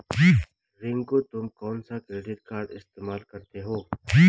रिंकू तुम कौन सा क्रेडिट कार्ड इस्तमाल करते हो?